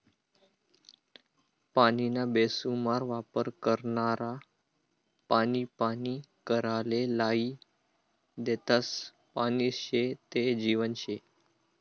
पानीना बेसुमार वापर करनारा पानी पानी कराले लायी देतस, पानी शे ते जीवन शे